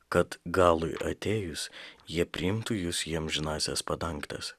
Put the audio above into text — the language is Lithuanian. kad galui atėjus jie priimtų jus į amžinąsias padangtes